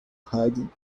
hiding